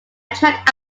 track